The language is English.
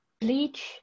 bleach